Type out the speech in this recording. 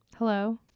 hello